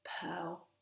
pearl